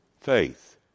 Faith